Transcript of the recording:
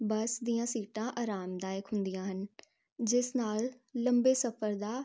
ਬੱਸ ਦੀਆਂ ਸੀਟਾਂ ਆਰਾਮਦਾਇਕ ਹੁੰਦੀਆਂ ਹਨ ਜਿਸ ਨਾਲ ਲੰਬੇ ਸਫਰ ਦਾ